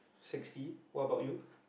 sixty what about you